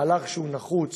מהלך שהוא נחוץ,